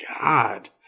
God